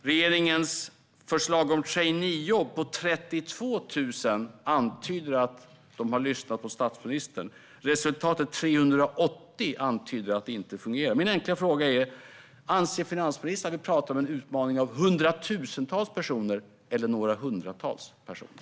Regeringens förslag om 32 000 traineejobb antyder att man har lyssnat på statsministern. Resultatet 380 antyder att det inte fungerar. Min enkla fråga är: Anser finansministern att vi talar om en utmaning om hundratusentals personer eller några hundratals personer?